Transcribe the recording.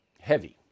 heavy